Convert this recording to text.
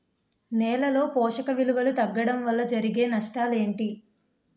నేలలో పోషక విలువలు తగ్గడం వల్ల జరిగే నష్టాలేంటి?